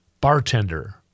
bartender